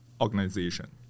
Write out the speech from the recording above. organization